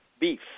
beef